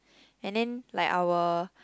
and then like our